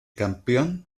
campeón